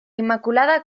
inmaculada